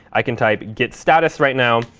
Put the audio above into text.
i can type git status right now,